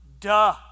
duh